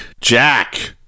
Jack